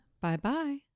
Bye-bye